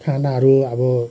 खानाहरू अब